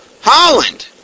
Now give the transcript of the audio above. Holland